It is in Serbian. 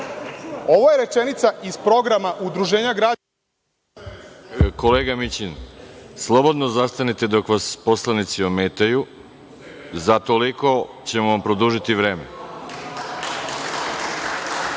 Ovo je rečenica iz programa Udruženja građana DJB. **Veroljub Arsić** Kolega Mićin, slobodno zastanite dok vas poslanici ometaju. Za toliko ćemo vam produžiti vreme.